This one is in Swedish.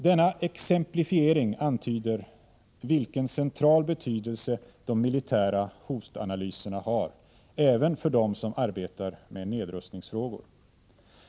Denna exemplifiering antyder vilken central betydelse de militära hotanalyserna har, även för dem som arbetar med nedrustningsfrågor.